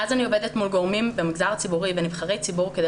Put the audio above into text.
מאז אני עובדת מול גורמים במגזר הציבורי ונבחרי ציבור כדי